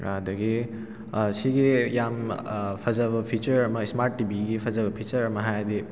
ꯑꯗꯒꯤ ꯁꯤꯒꯤ ꯌꯥꯝ ꯐꯖꯕ ꯐꯤꯆꯔ ꯑꯃ ꯏꯁꯃꯥꯔꯠ ꯇꯤꯚꯤꯒꯤ ꯐꯖꯕ ꯐꯤꯆꯔ ꯑꯃ ꯍꯥꯏꯔꯗꯤ